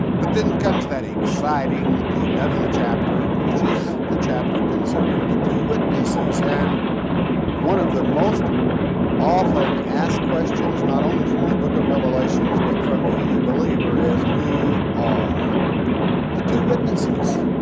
but then comes that exciting eleventh chapter which is the chapter concerning the two witnesses and one of the most often asked questions not only from the book of revelations but from any believer is, who are the two witnesses?